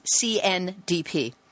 CNDP